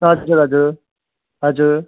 हजुर हजुर हजुर